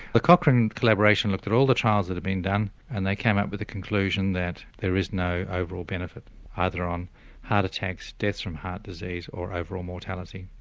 cochrane collaboration looked at all the trials that have been done and they came up with the conclusion that there is no overall benefit either on heart attacks, deaths from heart disease or overall mortality.